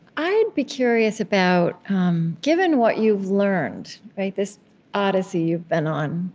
i'd be curious about um given what you've learned, this odyssey you've been on,